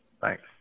Thanks